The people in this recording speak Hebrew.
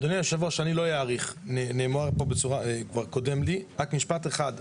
אדוני היושב-ראש, אני לא אאריך, רק משפט אחד.